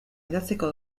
idatziko